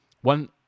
One